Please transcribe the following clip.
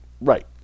Right